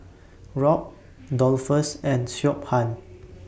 Rob Dolphus and Siobhan